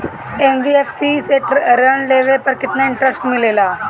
NBFC से ऋण लेने पर केतना इंटरेस्ट मिलेला?